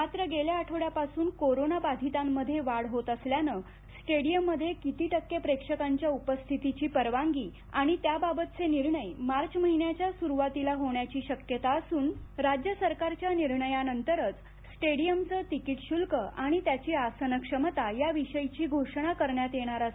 मात्र गेल्या आठवङ्यापासुन कोरोनाबाधितांमध्ये वाढ होत असल्यानं स्टेडियममध्ये किती टक्के प्रेष्कांच्या उपस्थितीपी परवानगी आणि त्याबाबतपे निर्णय मार्य महिन्याच्या सरूवातीला होण्याची शक्यता असन राज्य सरकारच्या निर्णयानंतरप स्टेडियमाय तिकिट शल्क आणि त्याचीआसन क्षमता याविष्यीची घोषणा करण्यात येणार आहे